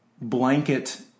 blanket